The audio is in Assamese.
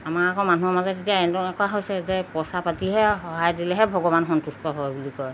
আমাৰ আকৌ মানুহৰ মাজে তেতিয়া এনেকুৱা হৈছে যে পইচা পাতিহে সহায় দিলেহে ভগৱান সন্তুষ্ট হয় বুলি কয়